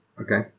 okay